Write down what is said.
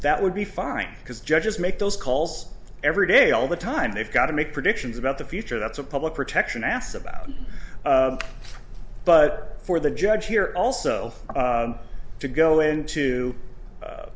that would be fine because judges make those calls every day all the time they've got to make predictions about the future that's a public protection asked about but for the judge here also to go into